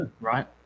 Right